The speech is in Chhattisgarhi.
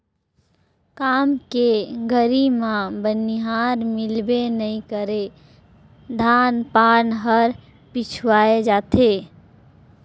काम के घरी मे बनिहार मिलबे नइ करे धान पान हर पिछवाय जाथे